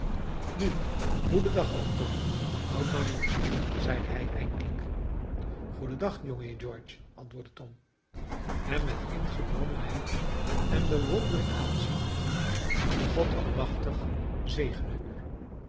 nu goeden dag oom tom houd maar moed zeide hij eindelijk goeden dag jongeheer george antwoordde tom hem met ingenomenheid en bewondering aanziende god almachtig zegene u